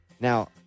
Now